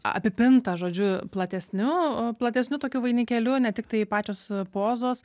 apipinta žodžiu platesniu platesniu tokiu vainikėliu ne tiktai pačios pozos